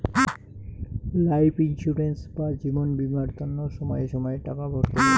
life insurance বা জীবন বীমার তন্ন সময়ে সময়ে টাকা ভরতে হই